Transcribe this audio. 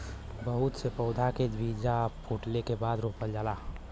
बहुत से पउधा के बीजा फूटले के बादे रोपल जाला